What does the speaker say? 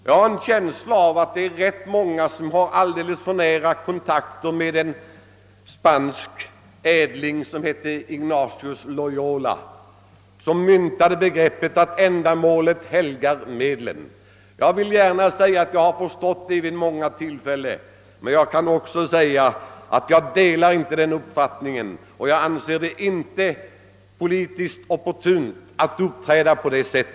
Jag har en känsla av att det är rätt många som är alldeles för besläktade med en spansk ädling vid namn Ignatius av Loyola, som myntade begreppet »ändamålet helgar medlen». Jag vill gärna erkänna att jag märkt förståelse härför vid många tillfällen, men jag måste säga att jag inte delar denna uppfatt ning och anser det inte politiskt oppor tunt att uppträda på detta sätt.